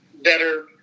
better